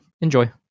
enjoy